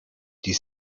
die